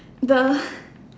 the